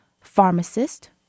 pharmacist